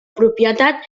propietat